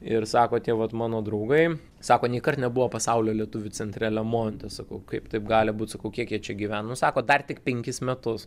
ir sako tie vat mano draugai sako nėkart nebuvo pasaulio lietuvių centre lemonte sakau kaip taip gali būt sakau kiek jie čia gyvena nu sako dar tik penkis metus